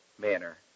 manner